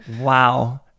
wow